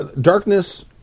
darkness